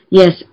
Yes